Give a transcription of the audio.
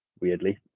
weirdly